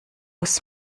muss